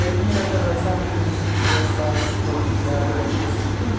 پٔتمہِ رٮ۪تہٕ ٲسیا مےٚ کٲنٛسہِ ژور ساس کھۄتہٕ زِیٛادٕ رۄپیہِ سوٗزمٕتۍ